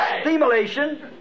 stimulation